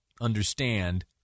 understand